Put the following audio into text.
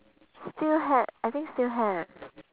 still ha~ I think still have